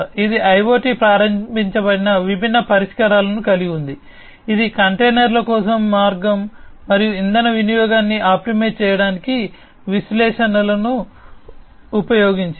ఇది IoT ప్రారంభించబడిన విభిన్న పరిష్కారాలను కలిగి ఉంది ఇది కంటైనర్ల కోసం మార్గం మరియు ఇంధన వినియోగాన్ని ఆప్టిమైజ్ చేయడానికి విశ్లేషణలను ఉపయోగించింది